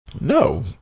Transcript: no